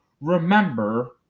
remember